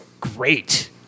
great